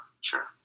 sure